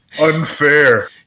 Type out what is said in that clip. Unfair